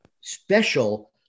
special